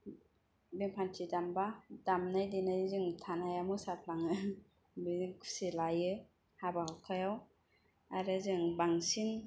band party दामबा दामनाय देनाय जों थानो हाया मोसाफ्लाङो बेजों खुसि लायो हाबा हुखायाव आरो जों बांसिन